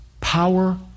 power